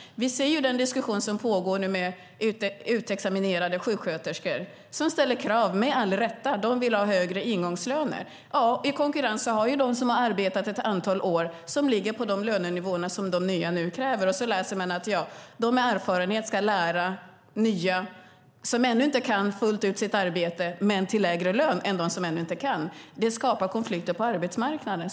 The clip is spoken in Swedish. Vi kan se att det nu pågår en diskussion med nyutexaminerade sjuksköterskor som ställer krav, med all rätt. De vill ha högre ingångslöner. Det sker i konkurrens med dem som har arbetat ett antal år och som ligger på de lönenivåer som de nyutexaminerade nu kräver. Sedan läser man att de som har erfarenhet ska lära de nya som ännu inte kan sitt arbete fullt ut men till lägre lön än de som ännu in kan sitt arbete fullt ut har. Det skapar konflikter på arbetsmarknaden.